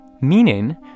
Meaning